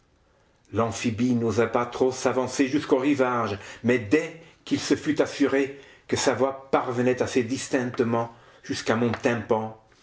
l'amphibie n'osa pas trop s'avancer jusqu'au rivage mais dès qu'il se fut assuré que sa voix parvenait assez distinctement jusqu'à mon tympan